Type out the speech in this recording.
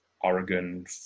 Oregon